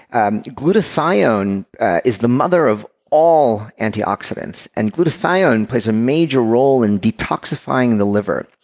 and glutathione is the mother of all anti-oxidants, and glutathione plays a major role in detoxifying the liver.